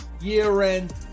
year-end